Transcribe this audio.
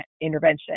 intervention